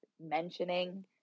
mentioning